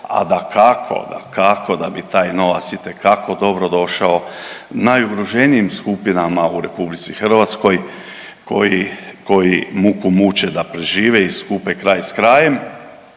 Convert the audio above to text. a dakako, dakako da bi taj novac itekako dobro došao najugroženijim skupinama u Republici Hrvatskoj koji muku muče da prežive i skupe kraj s krajem.